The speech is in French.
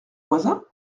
voisin